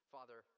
Father